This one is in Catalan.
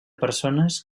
persones